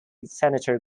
senator